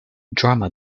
drama